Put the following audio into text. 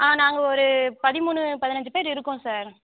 ஆ நாங்கள் ஒரு பதிமூணு பதினைஞ்சு பேர் இருக்கோம் சார்